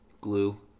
Glue